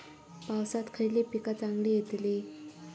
पावसात खयली पीका चांगली येतली?